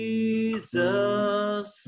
Jesus